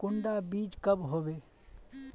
कुंडा बीज कब होबे?